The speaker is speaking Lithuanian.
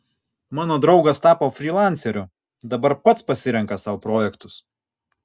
mano draugas tapo frylanceriu dabar pats pasirenka sau projektus